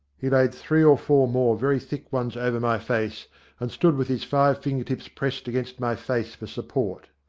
he laid three or four more very thick ones over my face and stood with his five finger tips pressed against my face for support.